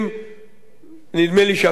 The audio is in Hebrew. נדמה לי שאפילו עוד יותר שנים,